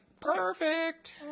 perfect